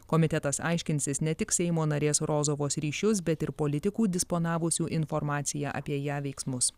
komitetas aiškinsis ne tik seimo narės rozovos ryšius bet ir politikų disponavusių informacija apie ją veiksmus